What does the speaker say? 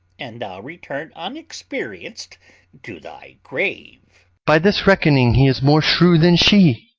and thou return unexperienced to thy grave by this reckoning he is more shrew than she.